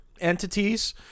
entities